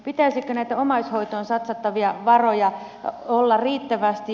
pitäisikö näitä omaishoitoon satsattavia varoja olla riittävästi